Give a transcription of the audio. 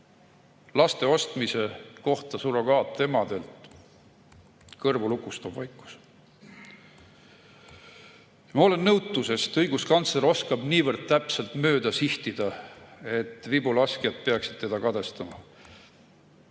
laste ostmise kohta surrogaatemadelt. Kõrvulukustav vaikus! Ma olen nõutu, sest õiguskantsler oskab niivõrd täpselt mööda sihtida, et vibulaskjad peaksid teda kadestama.